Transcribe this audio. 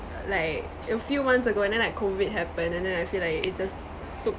err like a few months ago and then like COVID happened and then I feel like it just took